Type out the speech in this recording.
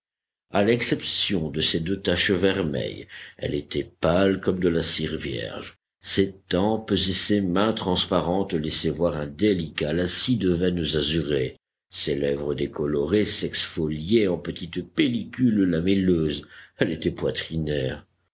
à l'exception de ces deux taches vermeilles elle était pâle comme de la cire vierge ses tempes et ses mains transparentes laissaient voir un délicat lacis de veines azurées ses lèvres décolorées s'exfoliaient en petites pellicules lamelleuses elle était poitrinaire